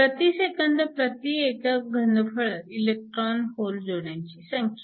प्रति सेकंद प्रति एकक घनफळ इलेक्ट्रॉन होल जोड्यांची संख्या